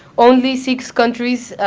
only six countries,